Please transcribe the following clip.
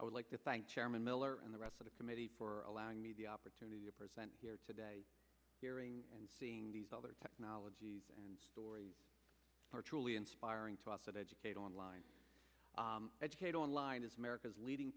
i would like to thank chairman miller and the rest of the committee for allowing me the opportunity to present here today hearing and seeing these other technologies and stories are truly inspiring to us that educate online educate online as america's leading